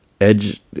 Edge